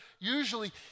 usually